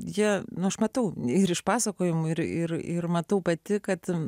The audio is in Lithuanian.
jie nu aš matau ir iš pasakojimų ir ir ir matau pati kad